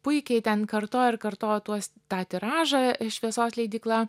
puikiai ten kartojo ir kartojo tuos tą tiražą šviesos leidykla